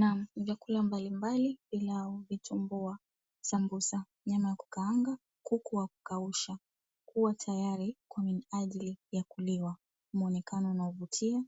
Naam! Vyakula mbalimbali ; pilau, vitumbua, samosa, nyama ya kukaanga ,kuku wa kukausha ,viko tayari kwa minajili ya kuliwa. Vimeonekana kuvutia